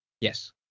Yes